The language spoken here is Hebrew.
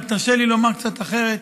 רק תרשה לי לומר קצת אחרת,